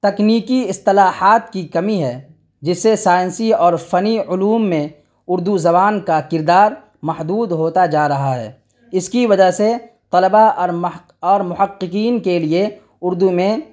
تکنیکی اصطلاحات کی کمی ہے جس سے سائنسی اور فنی علوم میں اردو زبان کا کردار محدود ہوتا جا رہا ہے اس کی وجہ سے طلبہ اور اور محققین کے لیے اردو میں